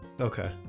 Okay